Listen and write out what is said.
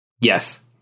Yes